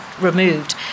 removed